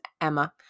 Emma